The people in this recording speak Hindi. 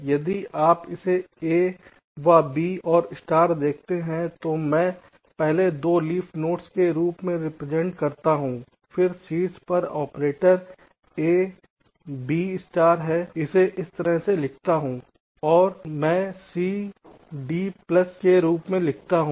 यदि आप इसे A बB और स्टार देखते हैं तो मैं पहले 2 लीफ नोड्स के रूप में रिप्रजेंट करता हूं फिर शीर्ष पर ऑपरेटर A B स्टार मैं इसे इस तरह से लिखता हूं यह मैं C D प्लस के रूप में लिखता हूं